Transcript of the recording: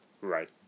Right